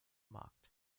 markt